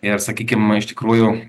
ir sakykim iš tikrųjų